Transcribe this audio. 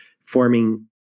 forming